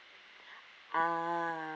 ah